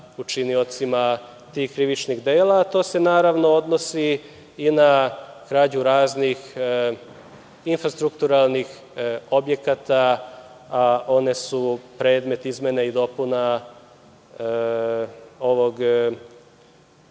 učiniocima tih krivičnih dela, a to se naravno odnosi i na krađu raznih infrastrukturalnih objekata, a oni su predmet izmena i dopuna